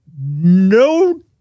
no